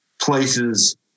places